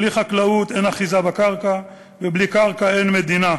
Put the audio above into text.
בלי חקלאות אין אחיזה בקרקע, ובלי קרקע אין מדינה.